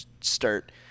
start